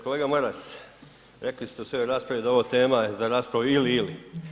Kolega Maras, rekli ste u svojoj raspravi da je ovo tema za raspravu ili, ili.